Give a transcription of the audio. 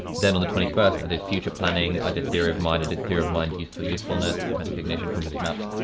then on the twenty first, i did future planning, i did theory of mind, i did theory of mind useful usefulness, meta cognition, cognitive maps.